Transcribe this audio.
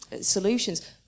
solutions